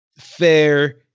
fair